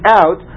out